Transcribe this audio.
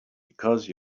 because